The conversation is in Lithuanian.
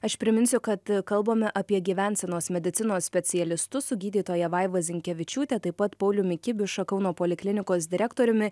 aš priminsiu kad kalbame apie gyvensenos medicinos specialistus su gydytoja vaiva zinkevičiūte taip pat pauliumi kibiša kauno poliklinikos direktoriumi